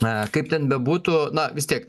na kaip ten bebūtų na vis tiek